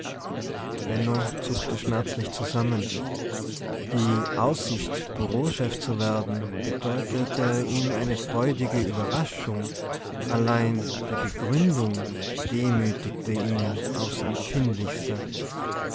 zuckte schmerzlich zusammen die aussicht bureauchef zu werden bedeutete ihm eine freudige überraschung allein die begründung demütigte ihn aufs empfindlichste